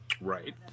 Right